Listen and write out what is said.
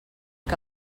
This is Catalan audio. que